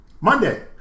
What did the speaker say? Monday